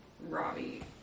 Robbie